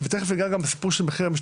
ותיכף אנחנו ניגע גם בנושא של "דירה